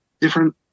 different